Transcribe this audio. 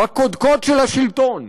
בקודקוד של השלטון,